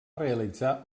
realitzar